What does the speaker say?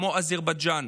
כמו אזרבייג'ן.